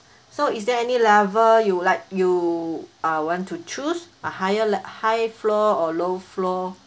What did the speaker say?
so is there any level you'd like you uh want to choose a higher lev~ high floor or low floor